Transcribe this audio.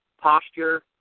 posture